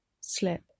Slip